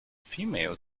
female